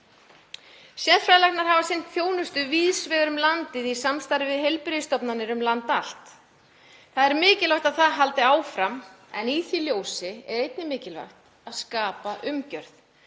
Sérfræðilæknar hafa sinnt þjónustu víðs vegar um landið í samstarfi við heilbrigðisstofnanir um land allt. Það er mikilvægt að það haldi áfram, en í því ljósi er einnig mikilvægt að skapa umgjörð,